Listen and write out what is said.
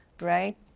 right